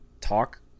talk